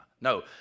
No